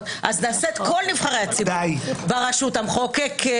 אז נעשה את כל נבחרי הציבור ברשות המחוקקת,